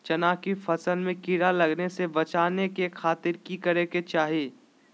चना की फसल में कीड़ा लगने से बचाने के खातिर की करे के चाही?